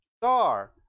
star